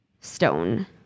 stone